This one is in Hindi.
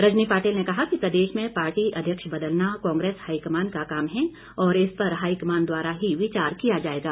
रजनी पाटिल ने कहा कि प्रदेश में पार्टी अध्यक्ष बदलना कांग्रेस हाईकमान का काम है और इस पर हाईकमान द्वारा ही विचार किया जाएगा